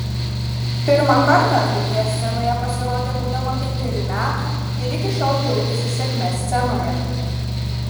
pirmą kartą atlikėja scenoje pasirodė būdama penkerių metų ir iki šiol džiaugiasi sėkme scenoje